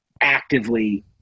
actively